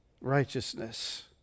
righteousness